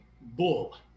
bull